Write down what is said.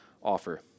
offer